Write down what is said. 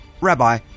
rabbi